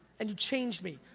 and you changed me.